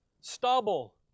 Stubble